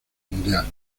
mundial